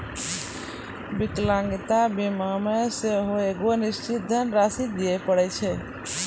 विकलांगता बीमा मे सेहो एगो निश्चित धन राशि दिये पड़ै छै